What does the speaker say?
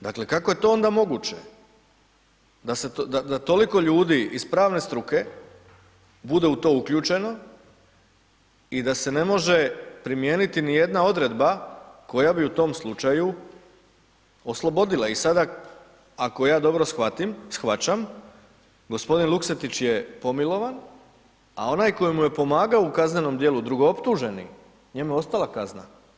Dakle, kako je to onda moguće da toliko ljudi iz pravne struke bude u to uključeno i da se ne može primijeniti nijedna odredba koja bi u tom slučaju oslobodila i sada ako ja dobro shvaćam, g. Luksetić je pomilovan, a onaj koji mu je pomagao u kaznenom djelu drugooptuženi, njemu je ostala kazna.